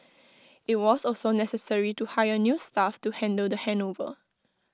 IT was also necessary to hire new staff to handle the handover